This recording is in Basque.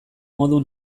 modu